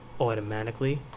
automatically